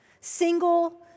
single